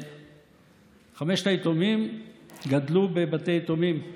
חמשת היתומים גדלו בבתי יתומים,